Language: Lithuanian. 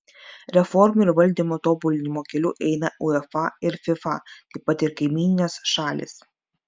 reformų ir valdymo tobulinimo keliu eina uefa ir fifa taip pat ir kaimyninės šalys